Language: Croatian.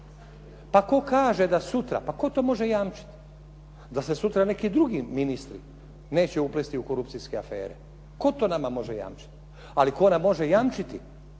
Pa tko kaže da sutra, pa tko to može jamčiti, da se sutra neki drugi ministri neće uplesti u korupcijske afere? Tko to nama može jamčiti? Ali tko nam može jamčiti